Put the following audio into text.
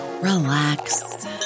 relax